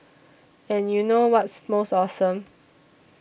and you know what's most awesome